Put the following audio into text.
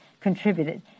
contributed